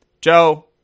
Joe